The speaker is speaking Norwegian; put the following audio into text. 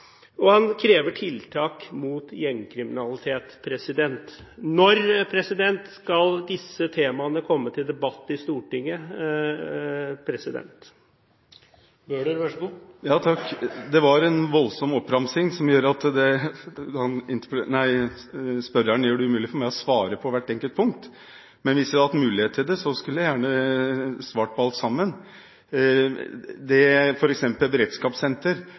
pornofilter. Han kritiserer IKT-situasjonen i politiet, og han krever tiltak mot gjengkriminalitet. Når skal disse temaene komme til debatt i Stortinget? Det var en voldsom oppramsing, og spørreren gjør det umulig for meg å svare på hvert enkelt punkt. Men hvis jeg hadde hatt mulighet til det, skulle jeg gjerne svart på alt sammen. Når det gjelder beredskapssenter, er